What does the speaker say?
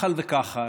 מח"ל וכח"ל,